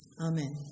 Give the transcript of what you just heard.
Amen